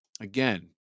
Again